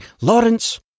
Lawrence